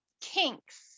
kinks